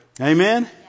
Amen